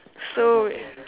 so